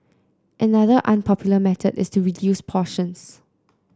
another unpopular method is to reduce portions